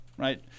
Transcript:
right